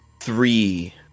Three